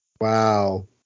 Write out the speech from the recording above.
Wow